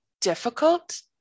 difficult